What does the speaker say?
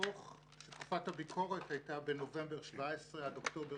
תקופת הביקורת הייתה בנובמבר 2017 עד אוקטובר